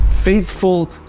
faithful